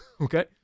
Okay